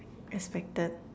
expected